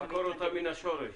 לעקור אותה מן השורש.